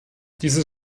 dieses